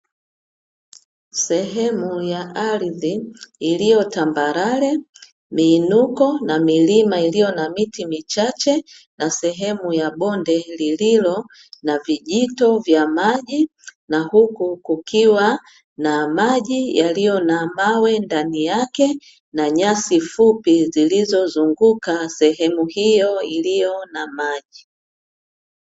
Sehemu ya ardhi iliyotambarare, miinuko na milima iliyo na miti michache na sehemu ya bonde lililo na vijito vya maji, na huku kukiwa na maji yaliyo na mawe ndani yake na nyasi fupi zilizozunguka sehemu hiyo iliyo na maji.